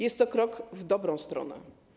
Jest to krok w dobrą stronę.